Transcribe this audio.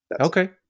Okay